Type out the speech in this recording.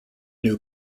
new